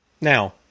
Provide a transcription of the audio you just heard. Now